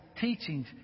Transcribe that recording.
teachings